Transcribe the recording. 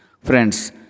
Friends